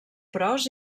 pros